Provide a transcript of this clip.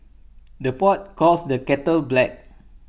the pot calls the kettle black